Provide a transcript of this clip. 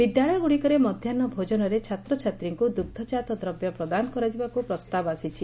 ବିଦ୍ୟାଳୟଗୁଡିକରେ ମଧ୍ଧାହ୍ନଭୋଜନରେ ଛାତ୍ରଛାତ୍ରୀଙ୍କୁ ଦୁଗ୍ରକାତ ଦ୍ରବ୍ୟ ପ୍ରଦାନ କରାଯିବାକୁ ପ୍ରସ୍ଠାବ ଆସିଛି